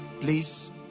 please